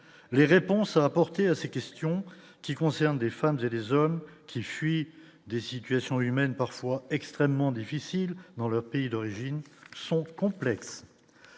les réponses apportées à ces questions qui concernent des femmes et des hommes qui fuient des situations humaines parfois extrêmement difficile dans leur pays d'origine sont complexes,